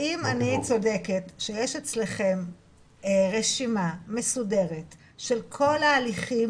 האם אני צודקת שיש אצלכם רשימה מסודרת של כל ההליכים